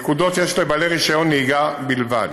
נקודות יש לבעלי רישיון נהיגה בלבד